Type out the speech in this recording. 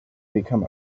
become